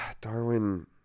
Darwin